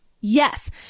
yes